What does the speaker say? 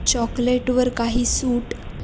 चॉकलेटवर काही सूट